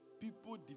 people